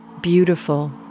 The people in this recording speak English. beautiful